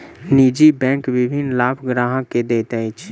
निजी बैंक विभिन्न लाभ ग्राहक के दैत अछि